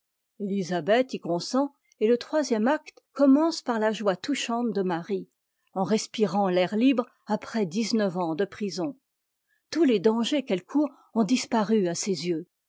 élisabeth y consent et le troisième acte commence par la joie touchante de marie en respirant l'air libre après dix-neuf ans de prison tous les dangers qu'elle court ont disparu à ses yeux